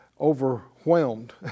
overwhelmed